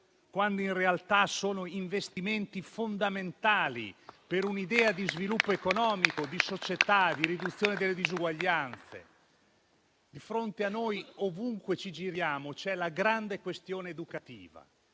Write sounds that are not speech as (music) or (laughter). quando in realtà sono investimenti fondamentali per un'idea di sviluppo economico, di società e di riduzione delle disuguaglianze? (applause) Di fronte a noi, ovunque ci giriamo, c'è la grande questione educativa.